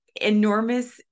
enormous